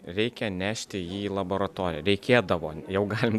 reikia nešti jį į laboratoriją reikėdavo jau galim